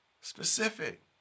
Specific